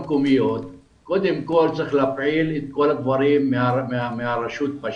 צריך קודם כל להפעיל את כל הדברים מהרשויות המקומיות